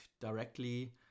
directly